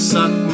Suck